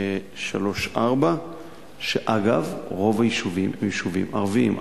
3 4. אגב, רוב היישובים הם יישובים ערביים.